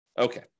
Okay